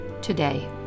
today